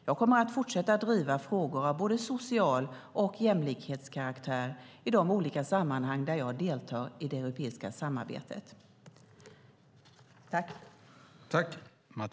Jag kommer att fortsätta att driva frågor av både social karaktär och jämlikhetskaraktär i de olika sammanhang där jag deltar i det europeiska samarbetet.